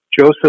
Joseph